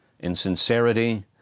Insincerity